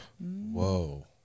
Whoa